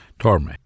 Torme